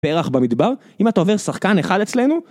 פרח במדבר? אם אתה עובר שחקן אחד אצלנו?